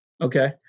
Okay